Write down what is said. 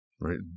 right